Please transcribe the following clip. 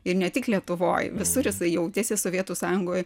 ir ne tik lietuvoj visur jisai jautėsi sovietų sąjungoj